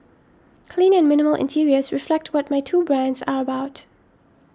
clean and minimal interiors reflect what my two brands are about